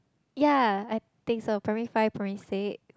yea I think so primary five primary six